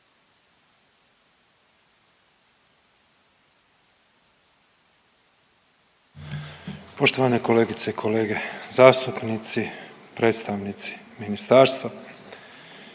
Poštovane kolegice i kolege zastupnici, predstavnici ministarstva,